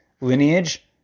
lineage